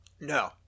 No